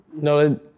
No